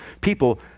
people